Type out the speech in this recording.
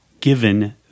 given